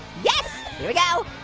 yes here we go.